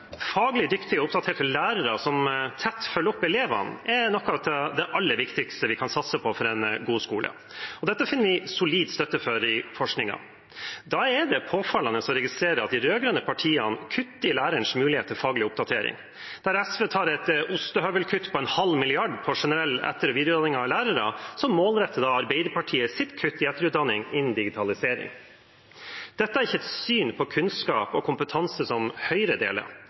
Faglig dyktige og oppdaterte lærere som tett følger opp elevene, er noe av det aller viktigste vi kan satse på for en god skole. Dette finner vi solid støtte for i forskningen. Da er det påfallende å registrere at de rød-grønne partiene kutter i lærerens mulighet til faglig oppdatering. Der SV tar et ostehøvelkutt på en halv milliard på generell etter- og videreutdanning av lærere, målretter Arbeiderpartiet sitt kutt i etterutdanning innen digitalisering. Dette er ikke et syn på kunnskap og kompetanse som Høyre deler.